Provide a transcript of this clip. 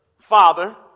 Father